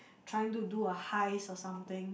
trying to do a heist or something